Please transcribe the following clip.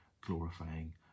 glorifying